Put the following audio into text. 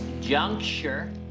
juncture